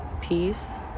peace